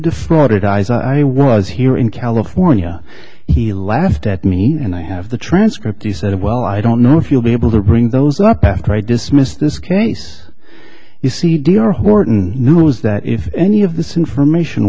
thought i was here in california he laughed at me and i have the transcript he said well i don't know if you'll be able to bring those up after i dismissed this case you see d r horton news that if any of this information